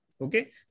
okay